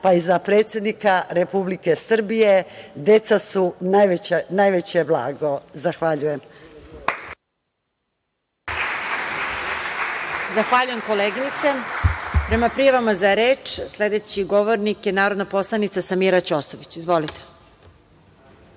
pa i za predsednika Republike Srbije deca su najveće blago. Zahvaljujem. **Marija Jevđić** Zahvaljujem koleginice. Prema prijavama za reč sledeći govornik je narodna poslanica Samira Ćosović. Izvolite.